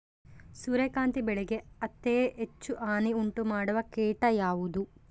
ಸೂರ್ಯಕಾಂತಿ ಬೆಳೆಗೆ ಅತೇ ಹೆಚ್ಚು ಹಾನಿ ಉಂಟು ಮಾಡುವ ಕೇಟ ಯಾವುದು?